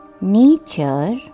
Nature